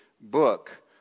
book